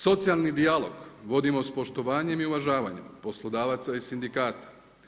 Socijalni dijalog uvodimo sa poštovanjem i uvažavanjem poslodavaca i sindikata.